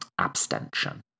abstention